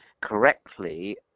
correctly